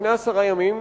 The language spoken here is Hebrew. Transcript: לפני עשרה ימים,